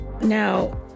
Now